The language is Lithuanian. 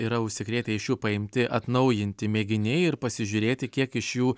yra užsikrėtę iš jų paimti atnaujinti mėginiai ir pasižiūrėti kiek iš jų